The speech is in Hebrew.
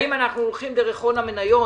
האם אנחנו הולכים דרך הון המניות,